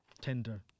tender